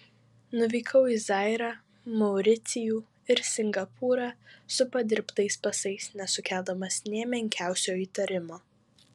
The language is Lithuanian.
nuvykau į zairą mauricijų ir singapūrą su padirbtais pasais nesukeldamas nė menkiausio įtarimo